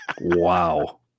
Wow